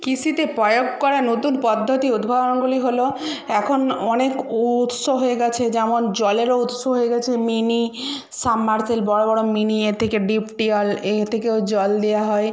কৃষিতে প্রয়োগ করা নতুন পদ্ধতি উদ্ভাবনগুলি হল এখন অনেক উৎস হয়ে গিয়েছে যেমন জলেরও উৎস হয়ে গিয়েছে মিনি সাবমারসেল বড় বড় মিনি এ থেকে ডিপ টিওল এর থেকেও জল দেওয়া হয়